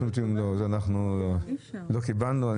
אנחנו לא קיבלנו.